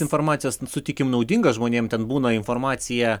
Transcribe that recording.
informacijos sutikim naudinga žmonėm ten būna informacija